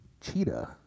Cheetah